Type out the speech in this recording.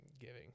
Giving